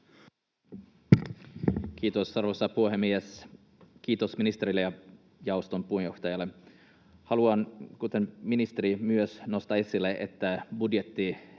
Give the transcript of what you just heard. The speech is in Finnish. Kiitos, arvoisa puhemies! Kiitos ministerille ja jaoston puheenjohtajalle. Haluan, kuten ministeri, myös nostaa esille, että budjettiesitys